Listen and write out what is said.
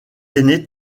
aîné